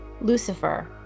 Lucifer